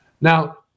Now